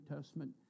Testament